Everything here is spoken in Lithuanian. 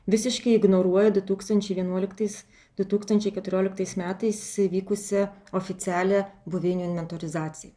visiškai ignoruoja du tūkstančiai vienuoliktais du tūkstančiai keturioliktais metais vykusią oficialią buveinių inventorizaciją